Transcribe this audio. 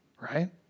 right